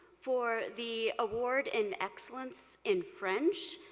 for the award in excellence in french,